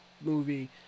movie